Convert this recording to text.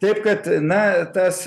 taip kad na tas